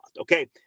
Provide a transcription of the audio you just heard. okay